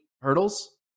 hurdles